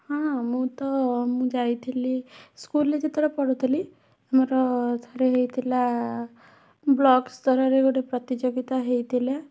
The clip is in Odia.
ହଁ ମୁଁ ତ ମୁଁ ଯାଇଥିଲି ସ୍କୁଲ୍ରେ ଯେତେବେଳେ ପଢ଼ୁଥିଲି ମୋର ଥରେ ହୋଇଥିଲା ବ୍ଲକ୍ ସ୍ତରରେ ଗୋଟେ ପ୍ରତିଯୋଗିତା ହୋଇଥିଲା